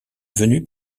venue